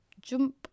jump